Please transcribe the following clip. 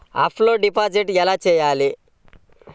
Offline deposit ఎలా చేయాలి?